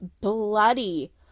bloody